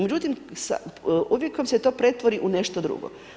Međutim, uvijek vam se to pretvori u nešto drugo.